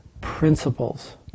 principles